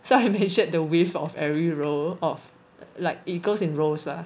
so I have to measure the wave of every row of like it goes in row lah